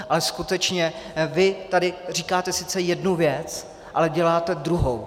Ale skutečně vy tady říkáte sice jednu věc, ale děláte druhou.